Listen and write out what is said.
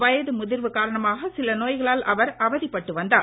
வயது முதிர்வு காரணமாக சில நோய்களால் அவர் அவதி பட்டு வந்தார்